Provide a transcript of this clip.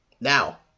now